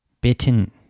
bitten